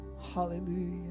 Hallelujah